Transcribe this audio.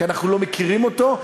כי אנחנו לא מכירים אותו,